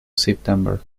september